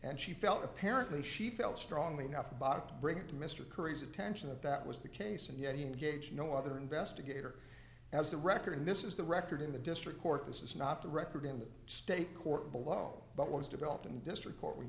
and she felt apparently she felt strongly enough about bringing to mr curry's attention of that was the case and yet he engaged no other investigator as the record this is the record in the district court this is not the record in the state court below but was developed in the district court we